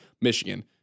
Michigan